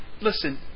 listen